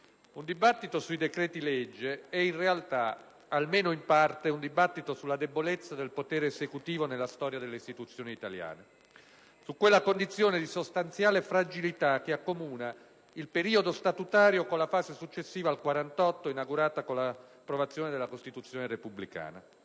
un dibattito sui decreti-legge è in realtà, almeno in parte, un dibattito sulla debolezza del potere esecutivo nella storia delle istituzioni italiane: su quella condizione di sostanziale fragilità che accomuna il periodo statutario con la fase successiva al 1948, inaugurata con l'approvazione della Costituzione repubblicana.